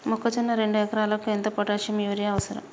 మొక్కజొన్న రెండు ఎకరాలకు ఎంత పొటాషియం యూరియా అవసరం?